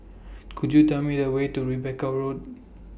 Could YOU Tell Me The Way to Rebecca Road